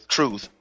Truth